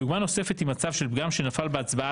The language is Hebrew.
דוגמה נוספת היא מצב של פגם שנפל בהצבעה